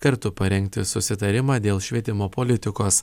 kartu parengti susitarimą dėl švietimo politikos